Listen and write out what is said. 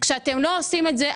כשאתם לא עושים את זה,